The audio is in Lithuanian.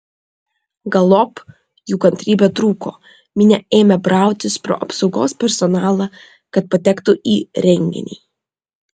galop jų kantrybė trūko minia ėmė brautis pro apsaugos personalą kad patektų į renginį